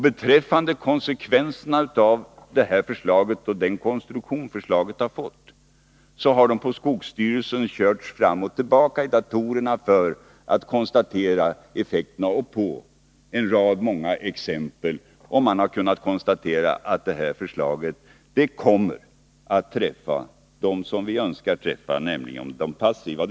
Beträffande konsekvenserna av det här förslaget och den konstruktion förslaget har fått så har det på skogsstyrelsen körts fram och tillbaka i datorerna för att man skulle kunna konstatera effekterna i en rad exempel. Man har då kunnat konstatera att förslaget kommer att träffa dem som vi önskar träffa, nämligen de passiva skogsägarna.